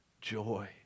joy